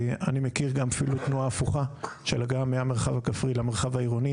אני מכיר אפילו תנועה הפוכה של הגעה מהמרחב הכפרי למרחב העירוני.